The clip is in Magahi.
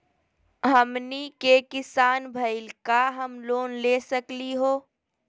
हमनी के किसान भईल, का हम लोन ले सकली हो?